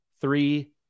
three